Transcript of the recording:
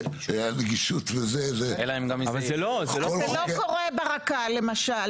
הנגישות --- זה לא קורה ברק"ל, למשל.